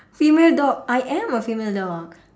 female dog I am a female dog